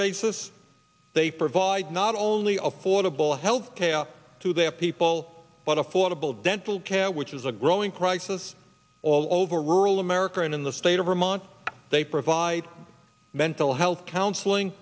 basis they provide not only affordable health care to their people but affordable dental care which is a growing crisis all over rural america and in the state of vermont they provide mental health counseling